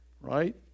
right